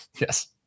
Yes